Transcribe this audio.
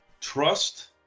trust